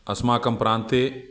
अस्माकं प्रान्ते